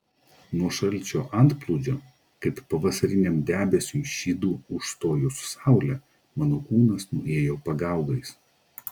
nuo šalčio antplūdžio kaip pavasariniam debesiui šydu užstojus saulę mano kūnas nuėjo pagaugais